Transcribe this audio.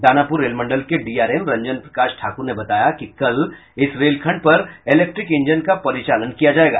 दानापुर रेलमंडल के डीआरएम रंजन प्रकाश ठाकूर ने बताया कि कल इस रेलखण्ड पर इलेक्ट्रिक इंजन का परिचालन किया जायेगा